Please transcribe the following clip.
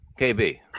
KB